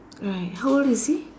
alright how old is he